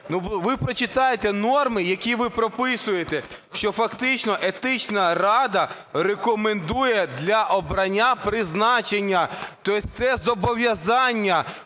Ви почитайте норми, які ви прописуєте, що фактично Етична рада рекомендує для обрання (призначення), то єсть це зобов'язання,